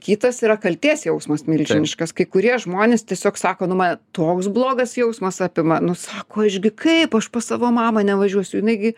kitas yra kaltės jausmas milžiniškas kai kurie žmonės tiesiog sako nu man toks blogas jausmas apima nu sako aš gi kaip aš pas savo mamą nevažiuosiu jinai gi